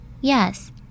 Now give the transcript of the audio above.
Yes